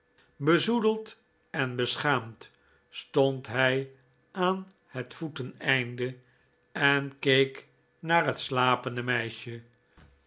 bezoedeld en beschaamd stond hij aan het voeteneinde en keek naar het slapende meisje